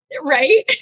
right